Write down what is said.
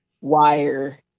wire